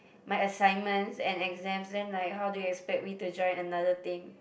my assignments and exams then like how do you expect me to join another thing